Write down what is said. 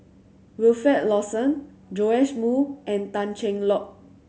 Wilfed Lawson Joash Moo and Tan Cheng Lock